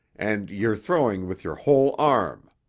and you're throwing with your whole arm.